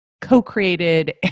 co-created